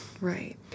Right